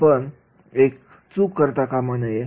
आपण एक चूक करता कामा नये